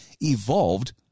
evolved